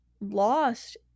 lost